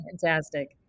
fantastic